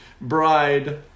bride